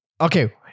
Okay